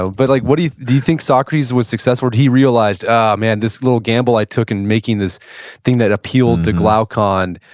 so but like do you do you think socrates was successful? did he realize ah, man. this little gamble i took in making this thing that appealed to glaucon,